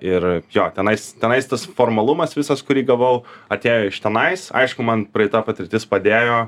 ir jo tenais tenais tas formalumas visas kurį gavau atėjo iš tenais aišku man praeita patirtis padėjo